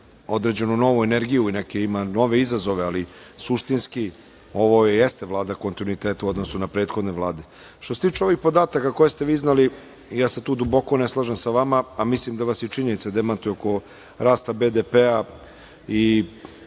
određenu novu energiju i ima neke nove izazove, ali suštinski ovo jeste Vlada kontinuiteta, u odnosu na prethodne vlade. Što se tiče ovih podataka koje ste vi izneli, ja se tu duboko ne slažem sa vama, a mislim da vas i činjenice demantuju oko rasta BDP-a i